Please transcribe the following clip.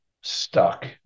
stuck